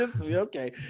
Okay